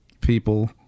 people